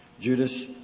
Judas